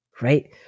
Right